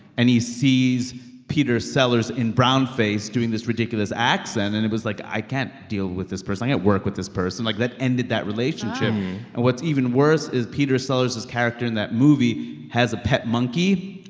and he sees peter sellers in brownface doing this ridiculous accent. and it was like, i can't deal with this person. i can't work with this person. like, that ended that relationship. and what's even worse is peter sellers' character in that movie has a pet monkey.